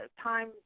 time